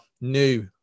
new